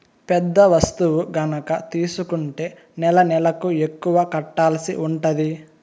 పెద్ద వస్తువు గనక తీసుకుంటే నెలనెలకు ఎక్కువ కట్టాల్సి ఉంటది